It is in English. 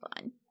fun